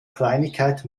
kleinigkeit